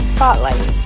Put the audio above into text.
Spotlight